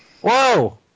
whoa